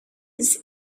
this